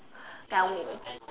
tell me